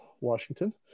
Washington